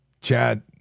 Chad